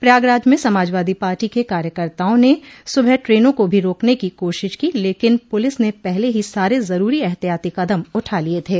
प्रयागराज में समाजवादी पार्टी के कार्यकर्ताओं ने सुबह द्रेनों को भी रोकने की कोशिश की लेकिन पुलिस ने पहले ही सारे जरूरी एहतियाती कदम उठा लिये थे